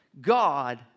God